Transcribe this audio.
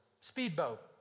speedboat